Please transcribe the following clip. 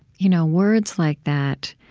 you know words like that,